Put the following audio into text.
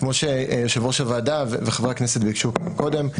כמו שיושב ראש הוועדה וחברי הכנסת ביקשו קודם,